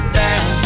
down